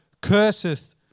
curseth